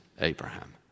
Abraham